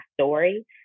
story